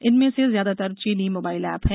इनमें से ज्यादातर चीनी मोबाइल ऐप हैं